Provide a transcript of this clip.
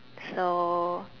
so